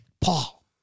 Paul